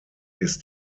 ist